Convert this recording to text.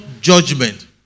judgment